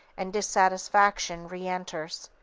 and dissatisfaction reenters.